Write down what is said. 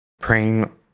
praying